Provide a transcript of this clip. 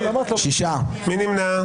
מי נמנע?